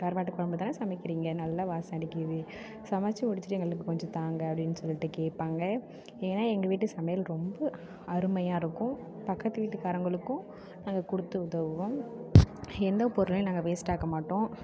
கருவாட்டுக்குழம்பு தானே சமைக்கறீங்க நல்ல வாசம் அடிக்கிறது சமைச்சி முடித்துட்டு எங்களுக்கு கொஞ்சம் தாருங்க அப்படின்னு சொல்லிட்டு கேட்பாங்க ஏன்னா எங்கள் வீட்டு சமையல் ரொம்ப அருமையாகருக்கும் பக்கத்து வீட்டுக்காரங்களுக்கும் நாங்கள் கொடுத்து உதவுவோம் எந்த பொருளையும் நாங்கள் வேஸ்ட்டாக்க மாட்டோம்